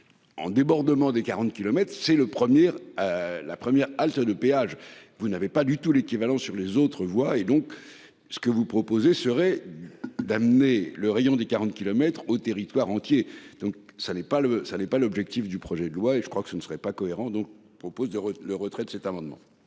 En débordement des 40 kilomètres, c'est le premier. La première halte de péage, vous n'avez pas du tout l'équivalent sur les autres voix et donc. Ce que vous proposez serait d'amener le rayon de 40 kilomètres au territoire entier, donc ça n'est pas le, ça n'est pas l'objectif du projet de loi et je crois que ce ne serait pas cohérent donc propose de le retrait de cet amendement.